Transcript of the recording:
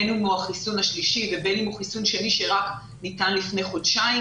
בין אם הוא חיסון שלישי ובין אם הוא חיסון שני שניתן רק לפני חודשיים